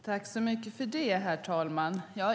Herr talman!